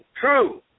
true